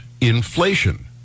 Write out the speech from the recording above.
inflation